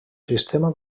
sistema